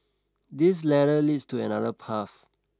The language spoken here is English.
this ladder leads to another path